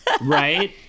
Right